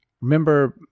Remember